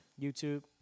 YouTube